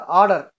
order